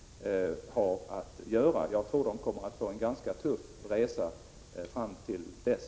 Jag tror att det kommer att bli en ganska tuff resa fram till dess.